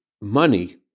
money